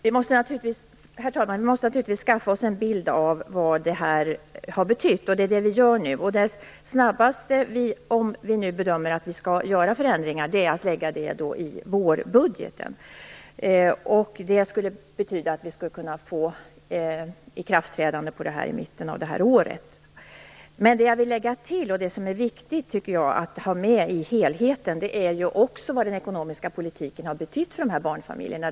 Herr talman! Vi måste naturligtvis skaffa oss en bild av vad det här har betytt, och det är det vi nu gör. Om vi nu bedömer att vi skall göra förändringar är det snabbaste sättet att lägga det i vårbudgeten. Det skulle betyda att vi kan få ett ikraftträdande i mitten av detta år. Det jag vill lägga till, som är viktigt att ha med i helheten, är också vad den ekonomiska politiken har betytt för barnfamiljerna.